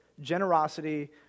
generosity